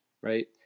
right